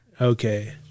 Okay